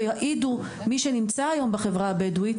ויעידו מי שנמצא היום בחברה הבדואית,